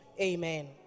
Amen